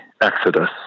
exodus